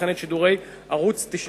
וכן את שידורי ערוץ-99,